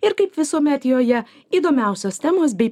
ir kaip visuomet joje įdomiausios temos bei